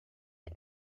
and